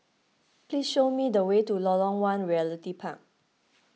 please show me the way to Lorong one Realty Park